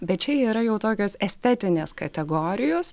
bet čia yra jau tokios estetinės kategorijos